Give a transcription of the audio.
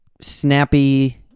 snappy